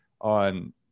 on